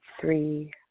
three